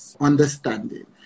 understanding